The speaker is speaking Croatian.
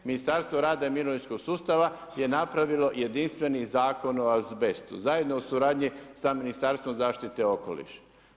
Ministarstvo rada i mirovinskog sustava je napravilo jedinstveni Zakon o azbestu zajedno u suradnji sa Ministarstvom zaštite okoliša.